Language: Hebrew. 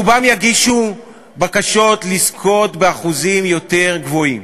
רובם יגישו בקשות לזכות באחוזים יותר גבוהים,